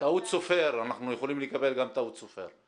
אנחנו יכולים לקבל גם טעות סופר.